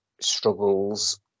struggles